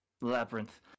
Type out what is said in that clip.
labyrinth